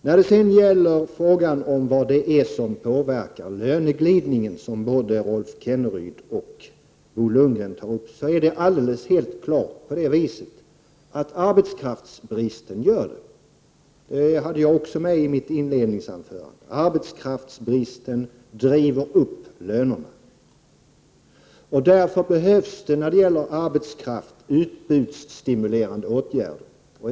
När det gäller frågan om vad det är som påverkar löneglidningar, som både Rolf Kenneryd och Bo Lundgren tar upp, är det helt klart på det viset att arbetskraftsbristen gör det. Det sade jag också i mitt inledningsanförande. Arbetskraftsbristen driver upp lönerna. Därför behövs det när det gäller arbetskraften utbudsstimulerande åtgärder.